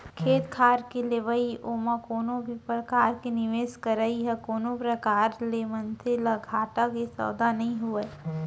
खेत खार के लेवई ओमा कोनो भी परकार के निवेस करई ह कोनो प्रकार ले मनसे ल घाटा के सौदा नइ होय